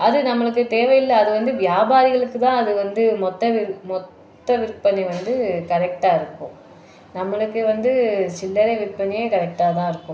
அது நம்மளுக்கு தேவை இல்லை அது வந்து வியாபாரிகளுக்கு தான் அது வந்து மொத்த விற் மொத்த விற்பனை வந்து கரெக்டாக இருக்கும் நம்மளுக்கு வந்து சில்லறை விற்பனையே கரெக்டாக தான் இருக்கும்